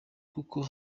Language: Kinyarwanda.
kuko